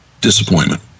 disappointment